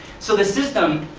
so the system,